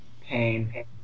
pain